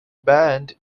band